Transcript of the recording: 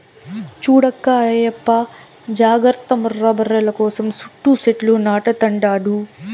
చూడక్కా ఆయప్ప జాగర్త ముర్రా బర్రెల కోసం సుట్టూ సెట్లు నాటతండాడు